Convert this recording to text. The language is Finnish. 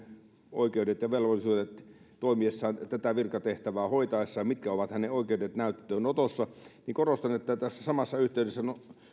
oikeudet ja velvollisuudet tätä virkatehtävää hoitaessaan mitkä ovat hänen oikeutensa näyttöönotossa niin korostan että tässä samassa yhteydessä